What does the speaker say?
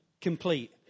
complete